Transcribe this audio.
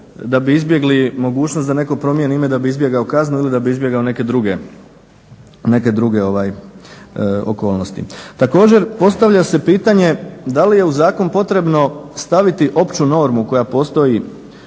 da bi izbjegli mogućnosti da netko promijeni ime da bi izbjegao kaznu ili da bi izbjegao neke druge okolnosti. Također postavlja se pitanje da li je zakon potrebno staviti opću normu koja postoji